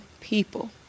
people